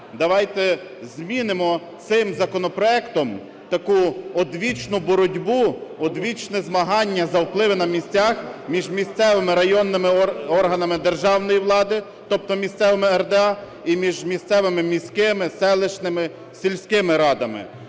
давайте змінимо цим законопроектом таку одвічну боротьбу, одвічне змагання за впливи на місцях між місцевими районними органами державної влади, тобто місцевими РДА, і між місцевими, міськими, селищними, сільськими радами.